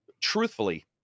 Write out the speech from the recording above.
truthfully